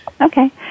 Okay